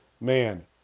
man